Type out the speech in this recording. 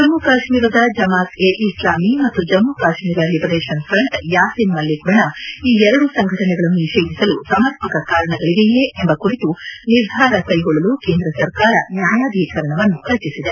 ಜಮ್ಮ ಕಾಶ್ಮೀರದ ಜಮಾತ್ ಎ ಇಸ್ಲಾಮಿ ಮತ್ತು Jammu Kashmir Liberation Front Yasin Malik ಬಣ ಈ ಎರಡು ಸಂಘಟನೆಗಳನ್ನು ನಿಷೇಧಿಸಲು ಸಮರ್ಪಕ ಕಾರಣಗಳಿವೆಯೇ ಎಂಬ ಕುರಿತು ನಿರ್ಧಾರ ಕೈಗೊಳ್ಳಲು ಕೇಂದ್ರ ಸರ್ಕಾರ ನ್ಯಾಯಾಧಿಕರಣವನ್ನು ರಚಿಸಿದೆ